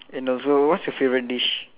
and also what's your favorite dish